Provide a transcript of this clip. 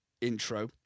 intro